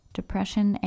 depression